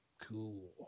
cool